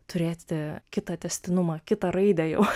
turėti kitą tęstinumą kitą raidę jau